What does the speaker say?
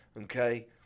Okay